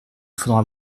faudra